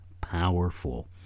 powerful